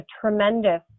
tremendous